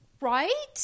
right